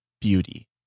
Beauty